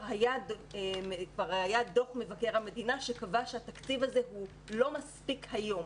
היה דוח מבקר המדינה שקבע שהתקציב הזה איננו מספיק היום,